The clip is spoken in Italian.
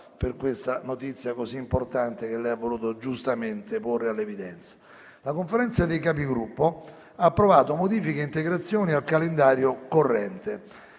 Grazie a tutti